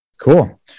Cool